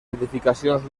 edificacions